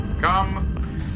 Come